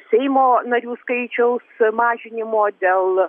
seimo narių skaičiaus mažinimo dėl